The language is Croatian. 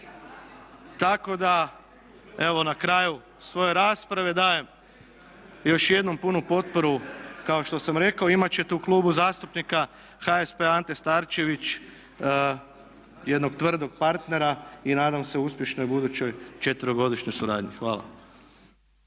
Tako da evo na kraju svoje rasprave dajem još jednom punu potporu kao što sam rekao. Imat ćete u Klubu zastupnika HSP-a Ante Starčević jednog tvrdog partnera i nadam se uspješnoj budućoj četverogodišnjoj suradnji. Hvala.